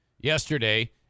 yesterday